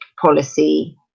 policy